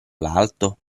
l’alto